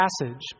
passage